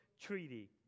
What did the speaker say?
treaty